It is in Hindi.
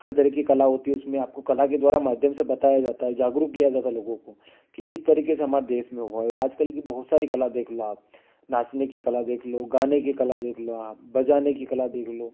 हर तरह की कला होती है उसमें आपको कला के द्वारा माध्यम से बताया जाता है जागरुक किया जाता है लोगों को कि इस तरीके से हमारे देस में होए और आजकल की बहुत सारी कला देख लो आप नाचने की कला देख लो गाने के कला देख लो आप बजाने की कला देख लो